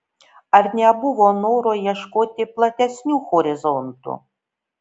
ar nebuvo noro ieškoti platesnių horizontų